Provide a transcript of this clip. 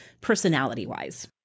personality-wise